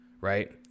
Right